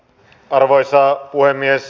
arvoisa puhemies